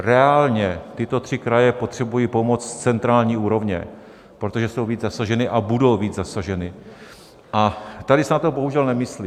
Reálně tyto tři kraje potřebují pomoc z centrální úrovně, protože jsou víc zasaženy a budou víc zasaženy, a tady se na to bohužel nemyslí.